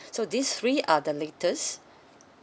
so these three are the latest